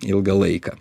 ilgą laiką